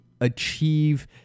achieve